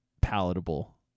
palatable